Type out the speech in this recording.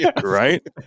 right